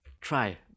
try